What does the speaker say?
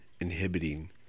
inhibiting